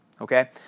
okay